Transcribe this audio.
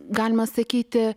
galima sakyti